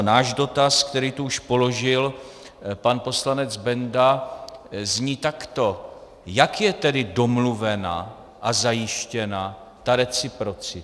Náš dotaz, který tu už položil pan poslanec Benda, zní takto: Jak je tedy domluvena a zajištěna ta reciprocita?